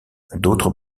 d’autres